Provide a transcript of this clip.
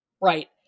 right